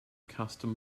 custom